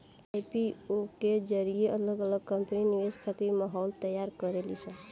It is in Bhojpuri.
आई.पी.ओ के जरिए अलग अलग कंपनी निवेश खातिर माहौल तैयार करेली सन